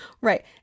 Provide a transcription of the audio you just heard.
Right